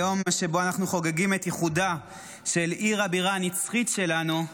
היום שבו אנחנו חוגגים את איחודה של עיר הבירה הנצחית שלנו,